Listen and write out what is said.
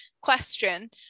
question